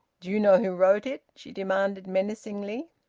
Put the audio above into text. do you know who wrote it? she demanded menacingly.